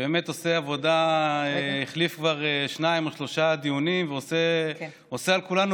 שהחליף כבר בשניים או שלושה דיונים ועושה על כולנו